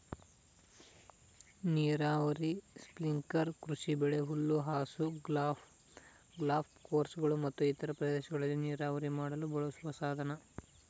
ನೀರಾವರಿ ಸ್ಪ್ರಿಂಕ್ಲರ್ ಕೃಷಿಬೆಳೆ ಹುಲ್ಲುಹಾಸು ಗಾಲ್ಫ್ ಕೋರ್ಸ್ಗಳು ಮತ್ತು ಇತರ ಪ್ರದೇಶಗಳಿಗೆ ನೀರಾವರಿ ಮಾಡಲು ಬಳಸುವ ಸಾಧನ